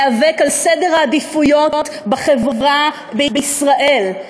להיאבק על סדר העדיפויות בחברה בישראל,